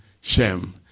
Shem